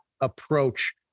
approach